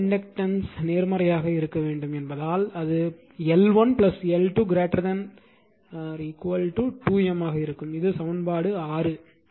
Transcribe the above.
நிகர இண்டக்டன்ஸ் நேர்மறையாக இருக்க வேண்டும் என்பதால் அது L1 L2 2 M ஆக இருக்கும் இது சமன்பாடு 6